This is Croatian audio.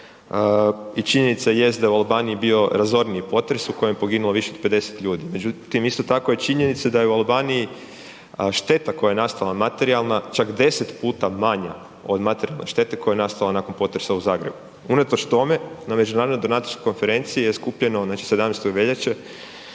i činjenica jest da je u Albaniji bio razorniji potres u kojem je poginulo više od 50 ljudi. Međutim, isto tako je činjenica da je u Albaniji šteta koja je nastala materijalna čak 10 puta manja od štete koja je nastala nakon potresa u Zagrebu. Unatoč tome na međunarodnoj donatorskoj konferenciji je skupljeno, znači 17. veljače